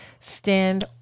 stand